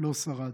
לא שרד,